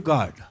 God